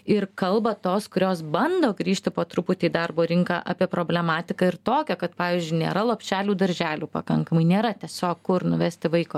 ir kalba tos kurios bando grįžti po truputį į darbo rinką apie problematiką ir tokią kad pavyzdžiui nėra lopšelių darželių pakankamai nėra tiesiog kur nuvesti vaiko